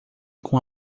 com